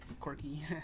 quirky